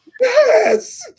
Yes